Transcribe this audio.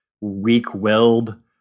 weak-willed